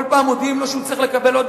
כל פעם מודיעים לו שהוא צריך לקבל עוד